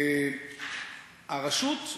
הרשות,